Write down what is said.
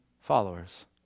followers